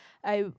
I